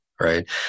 Right